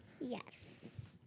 Yes